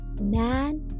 Man